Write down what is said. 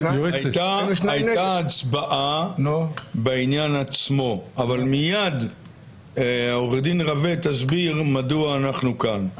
הייתה הצבעה בעניין עצמו אבל מייד עו"ד רווה תסביר מדוע אנחנו כאן,